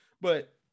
but-